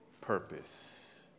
purpose